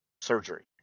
surgery